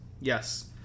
yes